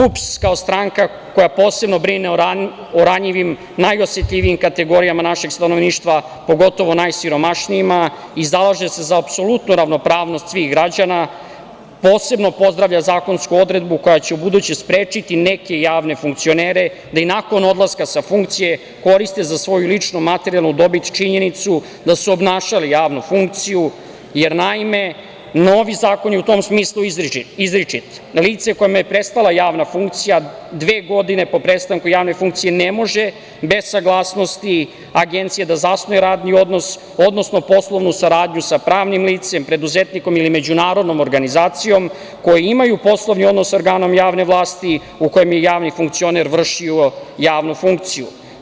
Dakle, PUPS kao stranka koja posebno brine o ranjivim, najosetljivijim kategorijama našeg stanovništva, pogotovo najsiromašnijima, i zalaže se za apsolutnu ravopravnost svih građana, posebno pozdravlja zakonsku odredbu koja će u buduće sprečiti neke javne funkcionere da i nakon odlaska sa funkcije koriste za svoju ličnu materijalnu dobit činjenicu da su obnašali javnu funkciju, jer novi zakoni je u tom smislu je izričit: „Lice kome je prestala javna funkcija dve godine po prestanku javne funkcije ne može bez saglasnosti Agencije da zasnuje radni odnos, odnosno poslovnu saradnju sa pravnim licem, preduzetnikom ili međunarodnom organizacijom koji imaju poslovni odnos sa organom javne vlasti u kojem je javni funkcioner vršio javnu funkciju“